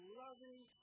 loving